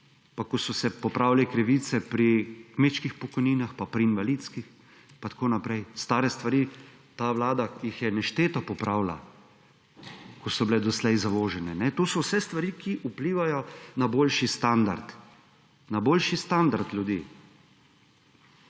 pa ko so se popravile krivice pri kmečkih pokojninah in pri invalidskih in tako naprej. Stare stvari. Ta vlada jih je nešteto popravila, ki so bile do zdaj zavožene. To so vse stvari, ki vplivajo na boljši standard. Na boljši standard ljudi.